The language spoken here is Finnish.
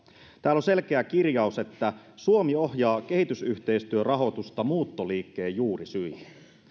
täällä on selkeä kirjaus että suomi ohjaa kehitysyhteistyörahoitusta muuttoliikkeen juurisyihin